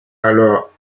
alors